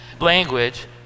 language